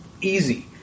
easy